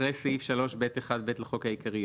אחרי סעיף 3(ב)(1)(ב) לחוק העיקרי יבוא:"